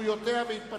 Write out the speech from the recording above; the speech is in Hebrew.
נכון.